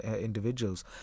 individuals